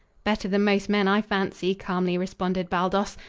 better than most men, i fancy, calmly responded baldos.